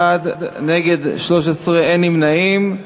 בעד, 31, נגד, 13, אין נמנעים.